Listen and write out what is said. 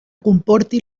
comporti